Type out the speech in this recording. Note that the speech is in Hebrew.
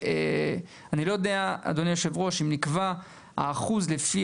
אני לא יודע אדוני היו"ר אם נקבע האחוז לפי